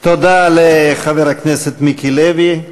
תודה לחבר הכנסת מיקי לוי,